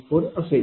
0594 असेल